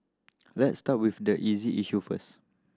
let's start with the easy issue first